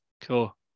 Cool